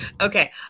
Okay